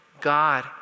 God